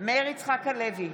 מאיר יצחק הלוי,